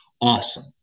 awesome